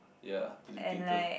ya the dictator